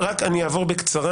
מה לא בסדר בזה?